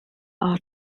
are